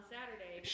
Saturday